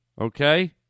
Okay